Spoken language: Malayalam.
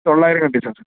തൊള്ളായിരം കണ്ടി സാർ